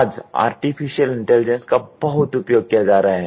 आज artificial intelligence का बहुत उपयोग किया जा रहा है